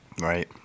right